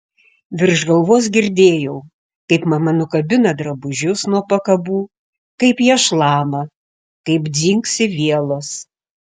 virš galvos girdėjau kaip mama nukabina drabužius nuo pakabų kaip jie šlama kaip dzingsi vielos